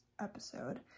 episode